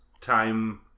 time